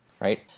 right